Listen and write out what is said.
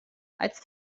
als